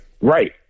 Right